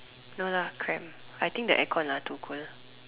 no lah cramp I think the aircon lah too cold